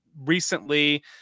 recently